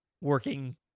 working